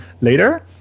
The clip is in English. later